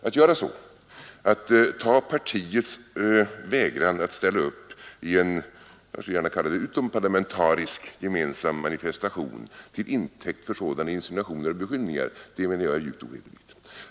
Att ta partiets vägran att ställa upp i en utomparlamentarisk gemensam manifestation till intäkt för sådana insinuationer och beskyllningar menar jag är djupt ohederligt.